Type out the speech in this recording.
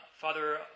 Father